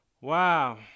Wow